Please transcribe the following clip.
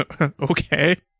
Okay